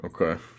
Okay